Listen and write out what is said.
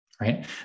right